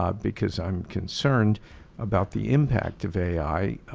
um because i'm concerned about the impact of a i.